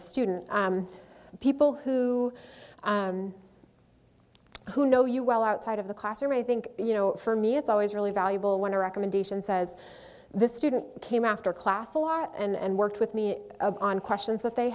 a student people who who know you well outside of the class or i think you know for me it's always really valuable when a recommendation says this student came after class a lot and worked with me on questions that they